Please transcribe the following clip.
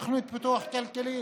תוכנית לפיתוח כלכלי,